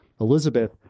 Elizabeth